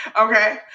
okay